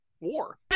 War